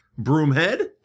Broomhead